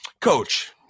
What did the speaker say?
coach